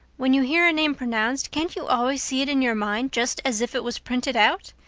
when you hear a name pronounced can't you always see it in your mind, just as if it was printed out?